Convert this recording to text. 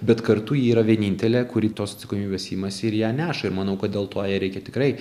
bet kartu ji yra vienintelė kuri tos atsakomybės imasi ir ją neša ir manau kad dėl to ją reikia tikrai